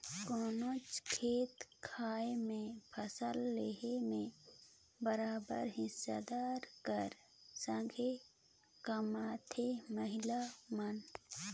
कोनोच खेत खाएर में फसिल लेहे में बरोबेर हिस्सादारी कर संघे कमाथें महिला मन